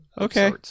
okay